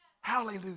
Hallelujah